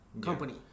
company